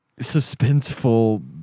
suspenseful